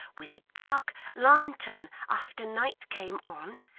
with a dark lantern after night came on,